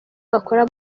bakora